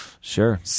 Sure